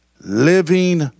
living